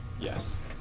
Yes